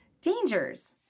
Dangers